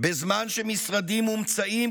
בזמן שמשרדים מומצאים,